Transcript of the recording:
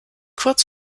kurz